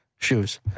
shoes